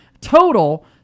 Total